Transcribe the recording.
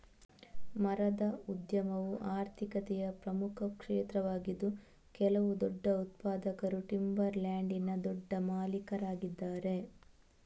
ಮರದ ಉದ್ಯಮವು ಆರ್ಥಿಕತೆಯ ಪ್ರಮುಖ ಕ್ಷೇತ್ರವಾಗಿದ್ದು ಕೆಲವು ದೊಡ್ಡ ಉತ್ಪಾದಕರು ಟಿಂಬರ್ ಲ್ಯಾಂಡಿನ ದೊಡ್ಡ ಮಾಲೀಕರಾಗಿದ್ದಾರೆ